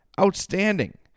Outstanding